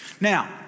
Now